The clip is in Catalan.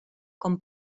com